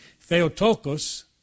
Theotokos